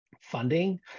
funding